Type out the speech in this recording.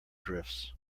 drifts